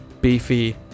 beefy